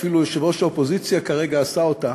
אפילו יושב-ראש האופוזיציה כרגע עשה אותה,